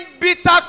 bitter